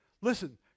listen